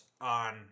on